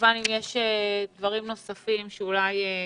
וכמובן אם יש דברים נוספים שאולי התפספסו,